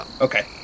Okay